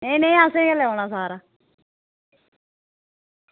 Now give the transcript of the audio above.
नेईं नेईं असें गै लैना सारा